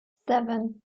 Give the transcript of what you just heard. seven